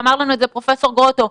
ואמר לנו את זה פרופ' גרוטו,